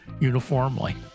uniformly